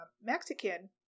Mexican